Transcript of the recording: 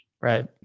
Right